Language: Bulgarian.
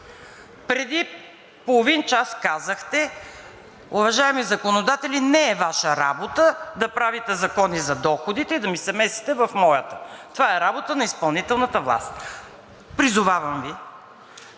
Преди половин час казахте: уважаеми законодатели, не е Ваша работа да правите закони за доходите и да ми се месите в моята. Това е работа на изпълнителната власт. Призовавам Ви: